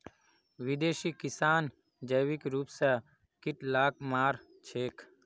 विदेशी किसान जैविक रूप स कीट लाक मार छेक